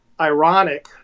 Ironic